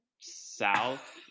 South